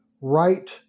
right